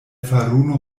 faruno